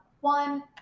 one